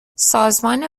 سازمان